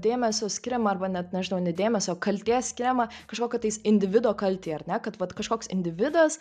dėmesio skiriama arba net nežinau ne dėmesio kaltės skiriama kažkokio tais individo kaltei ar ne kad vat kažkoks individas